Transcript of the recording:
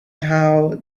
child